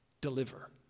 deliver